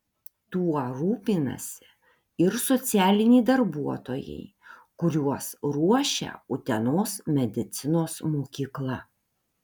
tuo rūpinasi ir socialiniai darbuotojai kuriuos ruošia utenos medicinos mokykla